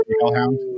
hellhound